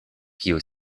kiu